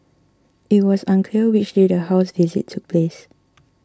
it was unclear which day the house visit took place